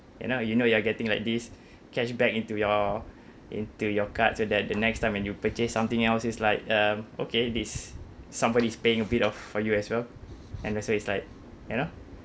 you know you know you are getting like this cashback into your into your cards so that the next time when you purchase something else it's like um okay this somebody's paying a bit of for you as well and also it's like you know